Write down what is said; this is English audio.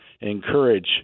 Encourage